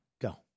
go